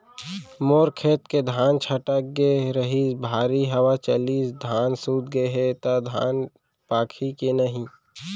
मोर खेत के धान छटक गे रहीस, भारी हवा चलिस, धान सूत गे हे, त धान पाकही के नहीं?